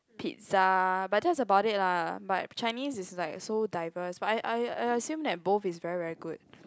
pizza but just about it lah but Chinese is like so diverse but I I I seem that both is very very good